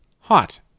hot